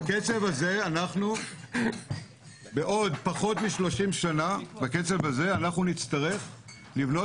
בקצב הזה אנחנו בעוד פחות מ-30 שנה נצטרך לבנות